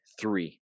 three